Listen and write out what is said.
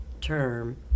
term